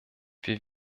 wir